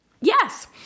Yes